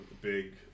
big